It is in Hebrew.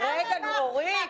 יחידות השטח ברגע שזה מגיע אליהן,